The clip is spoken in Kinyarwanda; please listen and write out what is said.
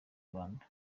rwanda